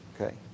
Okay